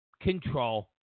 control